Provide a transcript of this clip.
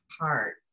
heart